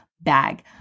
bag